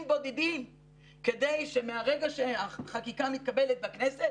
בודדים כדי שמהרגע שהחקיקה מתקבלת בכנסת,